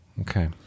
Okay